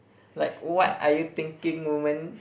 like what are you thinking woman